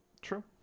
True